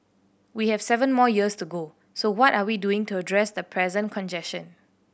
we have seven more years to go so what are we doing to address the present congestion